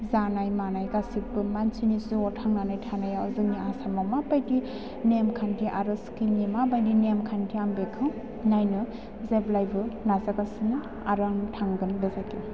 जानाय मानाय गासैबो मानसिनि जिउआव थांनानै थानायाव जोंनि आसामाव मा बायदि नेमखान्थि आरो सिक्किमनि मा बायदि नेमखान्थि आं बेखौ नायनो जेब्लायबो नाजागासिनो आरो आं थांगोन बे जायगायाव